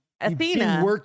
Athena